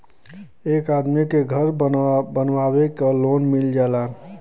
एक आदमी के घर बनवावे क लोन मिल जाला